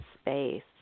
space